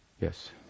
Yes